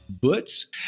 Butts